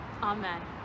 amen